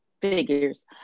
figures